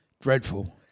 Dreadful